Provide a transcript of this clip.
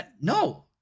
No